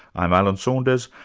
i'm alan saunders,